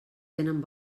tenen